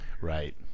Right